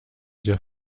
dir